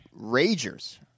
Ragers